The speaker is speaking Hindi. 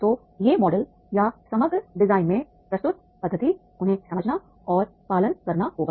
तो ये मॉडल या समग्र डिजाइन में प्रस्तुत पद्धति उन्हें समझना और पालन करना होगा